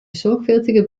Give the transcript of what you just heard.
sorgfältige